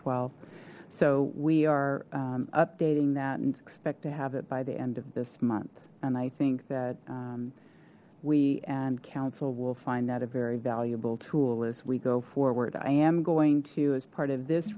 twelve so we are updating that and expect to have it by the end of this month and i think that we and council will find that a very valuable tool as we go forward i am going to as part of this